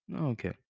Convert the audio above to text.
Okay